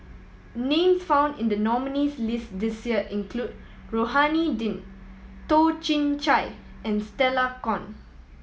names found in the nominees' list this year include Rohani Din Toh Chin Chye and Stella Kon